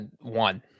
One